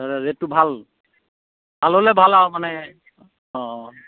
ৰেটটো ভাল ভাল হ'লে ভাল আৰু মানে অঁ